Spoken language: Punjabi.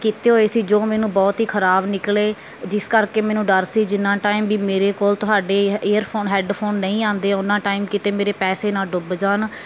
ਕੀਤੇ ਹੋਏ ਸੀ ਜੋ ਮੈਨੂੰ ਬਹੁਤ ਹੀ ਖਰਾਬ ਨਿਕਲੇ ਜਿਸ ਕਰਕੇ ਮੈਨੂੰ ਡਰ ਸੀ ਜਿੰਨਾ ਟਾਈਮ ਵੀ ਮੇਰੇ ਕੋਲ ਤੁਹਾਡੇ ਏ ਏਅਰਫੋਨ ਹੈੱਡਫੋਨ ਨਹੀਂ ਆਉਂਦੇ ਓਨਾਂ ਟਾਈਮ ਕਿਤੇ ਮੇਰੇ ਪੈਸੇ ਨਾ ਡੁੱਬ ਜਾਣ